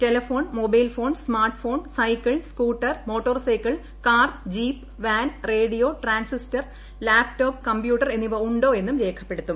telephone mobile phone smart phone cycle scooter motor cycle car jeep van radio transistor laptop computer എന്നിവ ഉണ്ടോ എന്നും രേഖപ്പെടുത്തും